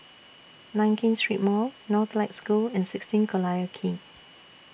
Nankin Street Mall Northlight School and sixteen Collyer Quay